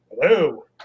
Hello